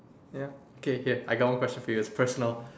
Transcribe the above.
ya okay okay I got one question for you it's personal